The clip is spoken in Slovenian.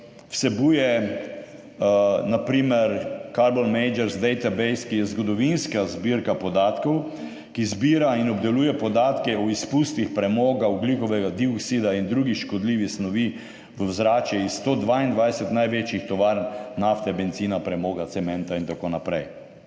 vsebuje na primer Carbon Majors Database, ki je zgodovinska zbirka podatkov, ki zbira in obdeluje podatke o izpustih premoga, ogljikovega dioksida in drugih škodljivih snovi v ozračje iz 122 največjih tovarn nafte, bencina, premoga, cementa in tako naprej.